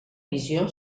visió